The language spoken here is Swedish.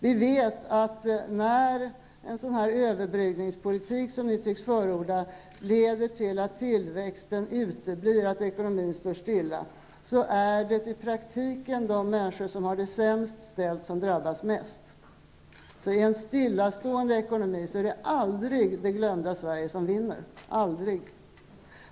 Vi vet att när en sådan här överbryggningspolitik som ni tycks förorda leder till att tillväxten uteblir, att ekonomin står stilla, så är det i praktiken de människor som har det sämst ställt som drabbas mest. I en stillastående ekonomi är det aldrig ''det glömda Sverige'' som vinner, aldrig.